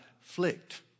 flicked